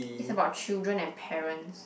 it's about children and parents